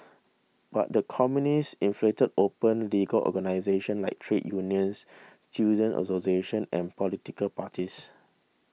but the Communists infiltrated open legal organisations like trade unions student associations and political parties